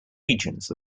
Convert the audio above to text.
regions